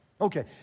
Okay